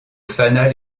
fanal